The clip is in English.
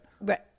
Right